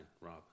Rob